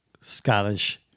Scottish